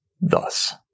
thus